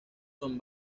son